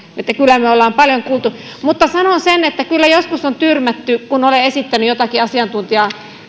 joten kyllä me olemme paljon kuulleet mutta sanon sen että kyllä joskus on tyrmätty kun olen esittänyt jotakin asiantuntijaa